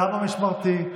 תמה משמרתי.